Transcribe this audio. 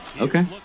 Okay